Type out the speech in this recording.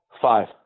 Five